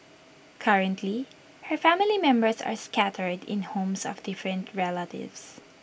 currently her family members are scattered in homes of different relatives